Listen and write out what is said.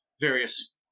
various